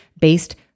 based